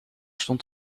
stond